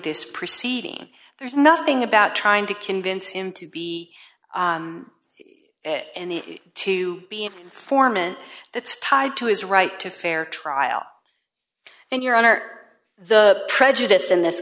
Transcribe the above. this proceeding there's nothing about trying to convince him to be in the to be a foreman that's tied to his right to fair trial and your honor the prejudice in this